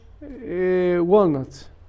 walnuts